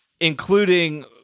including